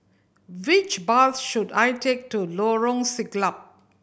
which bus should I take to Lorong Siglap